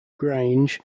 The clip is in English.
grange